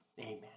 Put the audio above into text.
Amen